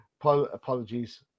apologies